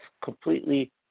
completely